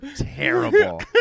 terrible